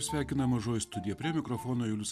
sveikina mažoji studija prie mikrofono julius